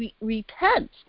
repent